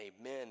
amen